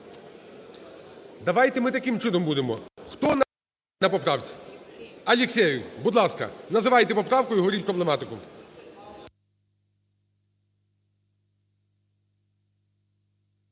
Давайте ми таким чином будемо. Хто наполягає на поправці? Алексєєв. Будь ласка, називайте поправку і говоріть проблематику.